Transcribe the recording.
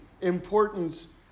importance